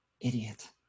Idiot